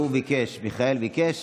מיכאל ביקש.